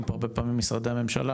לעשות פה הרבה פעמים משרדי הממשלה,